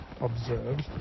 observed